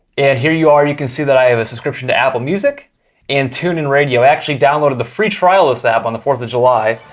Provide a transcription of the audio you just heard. and here you are. you can see that i have a subscription to apple music and tunein and radio. i actually downloaded the free trial this app on the fourth of july.